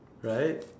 right